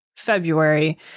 February